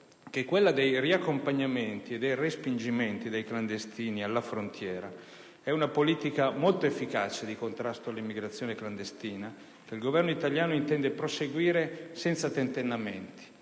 che quella dei riaccompagnamenti e dei respingimenti dei clandestini alla frontiera è una politica molto efficace di contrasto all'immigrazione clandestina, che il Governo italiano intende proseguire senza tentennamenti.